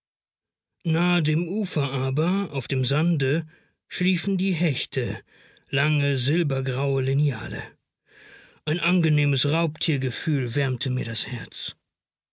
nahe dem ufer aber auf dem sande schliefen die hechte lange silbergraue lineale ein angenehmes raubtiergefühl wärmte mir das herz